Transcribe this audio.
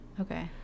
Okay